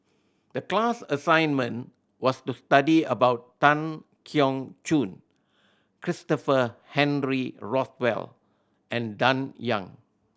the class assignment was to study about Tan Keong Choon Christopher Henry Rothwell and Dan Ying